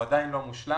הוא עדיין לא מושלם,